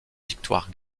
victoire